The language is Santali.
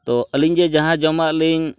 ᱛᱳ ᱟᱹᱞᱤᱧ ᱡᱮ ᱡᱟᱦᱟᱸ ᱡᱚᱢᱟᱞᱤᱧ